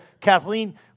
Kathleen